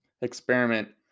experiment